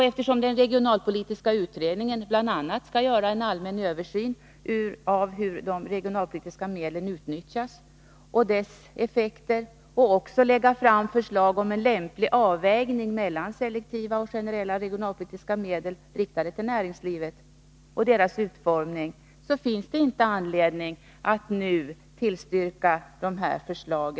Eftersom den regionalpolitiska utredningen bl.a. skall göra en allmän översyn av hur de regionalpolitiska medlen utnyttjats och av deras effekter samt lägga fram förslag om en lämplig avvägning mellan selektiva och generella regionalpolitiska medel riktade till näringslivet och deras utformning, finns det inte anledning att nu tillstyrka reservanternas förslag.